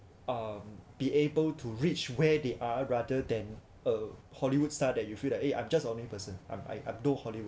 um be able to reach where they are rather than a hollywood star that you feel like eh I'm just ordinary person I'm I'm no hollywood star